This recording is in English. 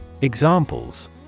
Examples